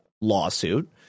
lawsuit